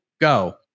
go